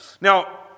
Now